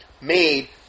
made